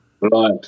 Right